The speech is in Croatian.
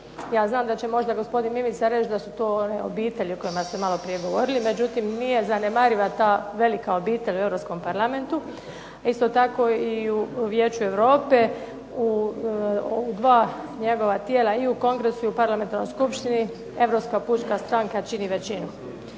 Ja znam da će možda gospodin Mimića reći da su to one obitelji o kojima ste malo prije govorili. Međutim, nije zanemariva ta velika obitelj u Europskom parlamentu a isto tako i u Vijeću Europe. U dva njegova tijela i u Kongresu i u parlamentarnoj Skupštini Europska pučka stranka čini većinu.